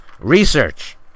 research